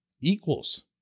equals